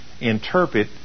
interpret